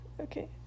Okay